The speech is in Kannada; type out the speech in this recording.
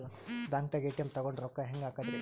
ಬ್ಯಾಂಕ್ದಾಗ ಎ.ಟಿ.ಎಂ ತಗೊಂಡ್ ರೊಕ್ಕ ಹೆಂಗ್ ಹಾಕದ್ರಿ?